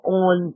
on